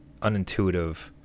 unintuitive